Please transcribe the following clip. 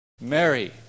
Mary